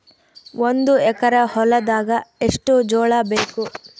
ಒಂದು ಎಕರ ಹೊಲದಾಗ ಎಷ್ಟು ಜೋಳಾಬೇಕು?